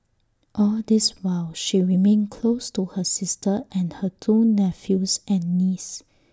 all this while she remained close to her sister and her two nephews and niece